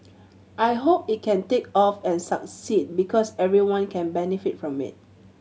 I hope it can take off and succeed because everyone can benefit from it